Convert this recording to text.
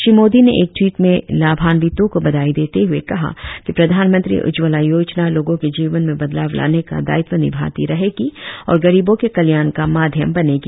श्री मोदी ने एक टवीट में लाभान्वितों को बधाई देते हुए कहा कि प्रधानमंत्री उज्जवला योजना लोगों के जीवन में बदलाव लाने का दायित्व निभाती रहेगी और गरीबों के कल्याण का माध्यम बनेगी